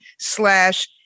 slash